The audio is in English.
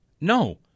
No